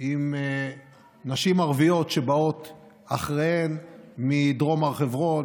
עם נשים ערביות שבאות אחריהם מדרום הר חברון,